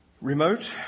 Remote